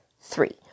three